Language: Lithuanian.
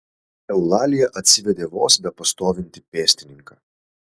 eulalija atsivedė vos bepastovintį pėstininką